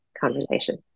conversation